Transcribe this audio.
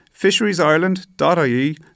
fisheriesireland.ie